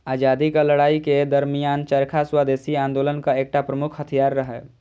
आजादीक लड़ाइ के दरमियान चरखा स्वदेशी आंदोलनक एकटा प्रमुख हथियार रहै